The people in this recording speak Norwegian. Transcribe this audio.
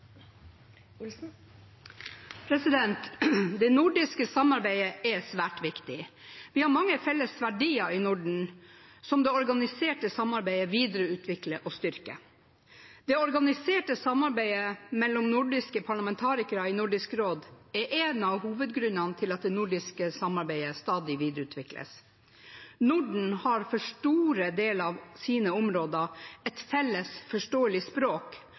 råd. Det nordiske samarbeidet er svært viktig. Vi har mange felles verdier i Norden som det organiserte samarbeidet videreutvikler og styrker. Det organiserte samarbeidet mellom nordiske parlamentarikere i Nordisk råd er en av hovedgrunnene til at det nordiske samarbeidet stadig videreutvikles. Norden har for store deler av sine områder et felles forståelig språk,